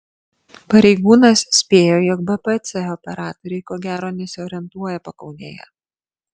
pareigūnas spėjo jog bpc operatoriai ko gero nesiorientuoja pakaunėje